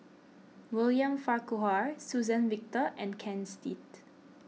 William Farquhar Suzann Victor and Ken Seet